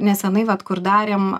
nesenai vat kur darėm